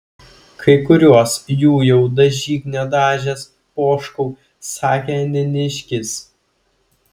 kai kuriuos jų jau dažyk nedažęs poškau sakė neniškis